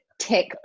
tech